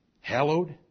Hallowed